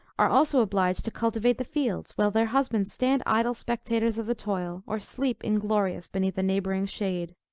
are also obliged to cultivate the fields, while their husbands stand idle spectators of the toil, or sleep inglorious beneath a neighboring shade.